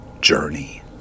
journey